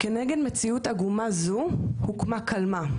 כנגד מציאות עגומה זאת הוקמה קלמ"ה.